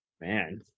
Man